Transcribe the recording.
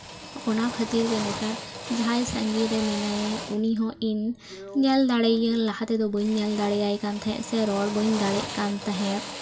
ᱚᱱᱟ ᱠᱷᱟᱹᱛᱤᱨ ᱜᱮ ᱱᱮᱛᱟᱨ ᱡᱟᱦᱟᱸᱭ ᱥᱟᱺᱜᱤᱧ ᱨᱮ ᱢᱮᱱᱟᱭᱟ ᱩᱱᱤ ᱦᱚᱸ ᱤᱧ ᱧᱮᱞ ᱫᱟᱲᱮᱭᱟᱹᱭᱟᱹᱧ ᱞᱟᱦᱟ ᱛᱮᱫᱚ ᱵᱟᱹᱧ ᱧᱮᱞ ᱫᱟᱲᱮᱭᱟᱭ ᱠᱟᱱ ᱛᱟᱦᱮᱸᱫ ᱥᱮ ᱨᱚᱲ ᱵᱟᱹᱧ ᱫᱟᱲᱮᱜ ᱠᱟᱱ ᱛᱟᱦᱮᱸᱫ